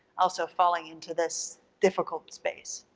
also falling into this difficult space.